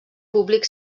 públic